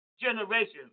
generation